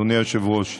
אדוני היושב-ראש?